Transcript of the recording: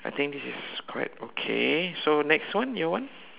I think this is correct okay so next one your one